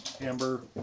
amber